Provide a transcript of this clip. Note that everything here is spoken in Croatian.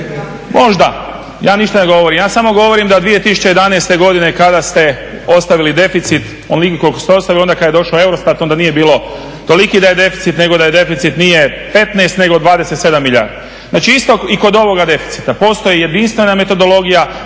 možda, ja ništa ne govorim. Ja samo govorim da 2011. godine kada ste ostavili deficit onoliki koliki ste ostavili, onda kad je došao EUROSTAT onda nije bilo toliki da je deficit, nego da je deficit nije 15 nego 27 milijardi. Znači isto i kod ovoga deficita postoji jedinstvena metodologija,